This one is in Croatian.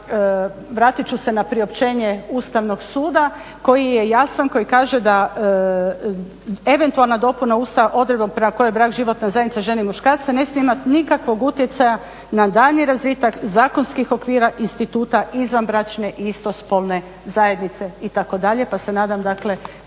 vratit ću se na priopćenje Ustavnog suda koji je jasan, koji kaže da eventualna dopuna Ustava odredbom prema kojoj je brak životna zajednica žene i muškarca ne smije imat nikakvog utjecaja na daljnji razvitak zakonskih okvira instituta izvanbračne i istospolne zajednice itd.,